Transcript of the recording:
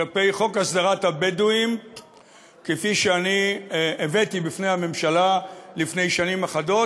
כלפי חוק הסדרת הבדואים כפי שאני הבאתי בפני הממשלה לפני שנים אחדות,